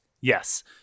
Yes